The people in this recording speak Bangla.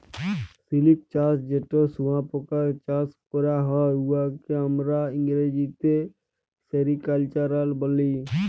সিলিক চাষ যেট শুঁয়াপকা চাষ ক্যরা হ্যয়, উয়াকে আমরা ইংরেজিতে সেরিকালচার ব্যলি